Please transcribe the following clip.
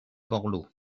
borloo